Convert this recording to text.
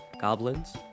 goblins